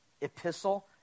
epistle